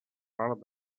part